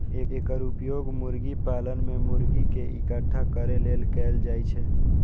एकर उपयोग मुर्गी पालन मे मुर्गी कें इकट्ठा करै लेल कैल जाइ छै